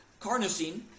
Carnosine